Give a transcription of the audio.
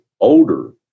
older